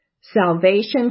salvation